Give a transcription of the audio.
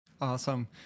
Awesome